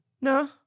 No